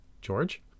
George